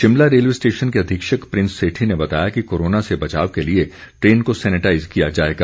Shimla railway station के अधीक्षक प्रिंस सेठी ने बताया कि कोरोना से बचाव के लिए ट्रेन को सैनिटाइज़ किया जाएगा